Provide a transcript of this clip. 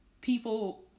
people